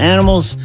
Animals